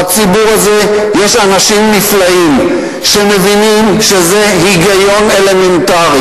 בציבור הזה יש אנשים נפלאים שמבינים שזה היגיון אלמנטרי,